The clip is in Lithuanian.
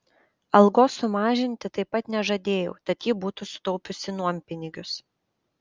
algos sumažinti taip pat nežadėjau tad ji būtų sutaupiusi nuompinigius